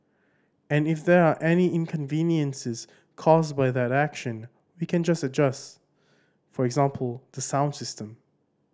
and if there are any inconveniences caused by that action we can just adjust for example the sound system